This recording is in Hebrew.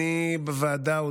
הודעתי בוועדה,